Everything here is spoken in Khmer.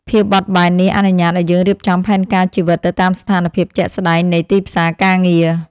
ភាពបត់បែននេះអនុញ្ញាតឱ្យយើងរៀបចំផែនការជីវិតទៅតាមស្ថានភាពជាក់ស្តែងនៃទីផ្សារការងារ។